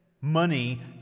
money